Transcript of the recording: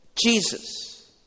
Jesus